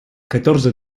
catorze